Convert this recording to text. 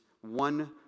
one